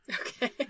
Okay